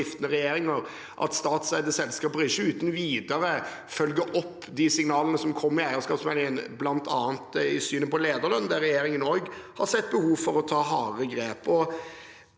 at statseide selskaper ikke uten videre følger opp de signal ene som kommer i eierskapsmeldingen, bl.a. i synet på lederlønn, der regjeringen også har sett behov for å ta harde grep.